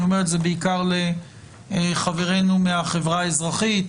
אני אומר את זה בעיקר לחברינו מהחברה האזרחים,